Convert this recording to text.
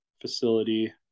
facility